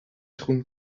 schoen